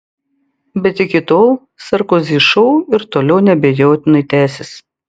bet iki tol sarkozy šou ir toliau neabejotinai tęsis